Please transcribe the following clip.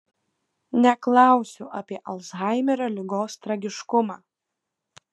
neklausiu apie alzhaimerio ligos tragiškumą